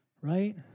Right